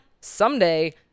someday